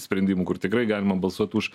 sprendimų kur tikrai galima balsuot už